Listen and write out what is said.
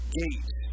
gate